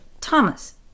Thomas